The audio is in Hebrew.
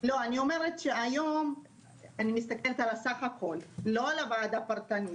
אני מסתכלת על הסך הכול, לא על הוועדה הפרטנית.